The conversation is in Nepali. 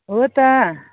हो त